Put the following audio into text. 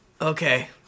Okay